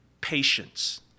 patience